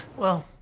well,